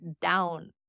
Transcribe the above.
down